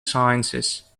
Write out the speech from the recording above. sciences